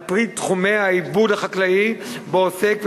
על-פי תחומי העיבוד החקלאי שבו הוא עוסק,